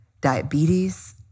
diabetes